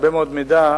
הרבה מאוד מידע,